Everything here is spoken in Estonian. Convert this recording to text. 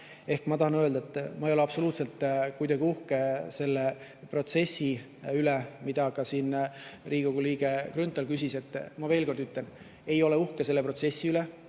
Ma tahan öelda, et ma ei ole absoluutselt kuidagi uhke selle protsessi üle, mille kohta siin Riigikogu liige Grünthal küsis. Ma veel kord ütlen, ma ei ole uhke selle protsessi üle,